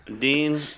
Dean